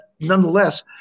nonetheless